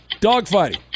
Dogfighting